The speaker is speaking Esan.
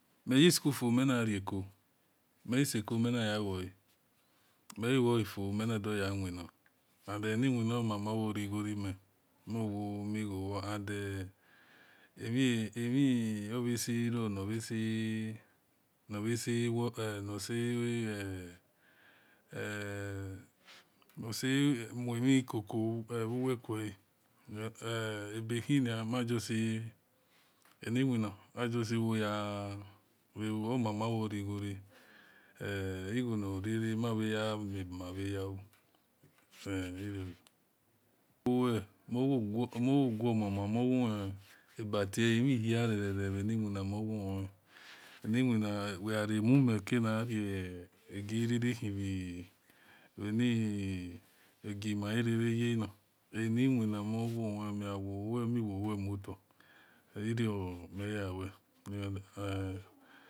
Miya-school fuo menaraku meisaku menayawe mewoafuo menadayawena uda niwenomama iguo mime mowome iguo ro and amiovaseyero navamovecoeo uwe kua ebehina mjuatie aniwina majustie ewoya omamaworigaore iguo norere mavamibukuavayau ero moweoghomama mowoniebtia amihirere aniwena mavoun niwena raremomekana arega rerehina aniwina mowa ona meawowie mewowe mota eromi yawe